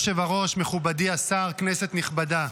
אדוני היושב-ראש, מכובדי השר, כנסת נכבדה,